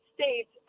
States